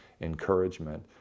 encouragement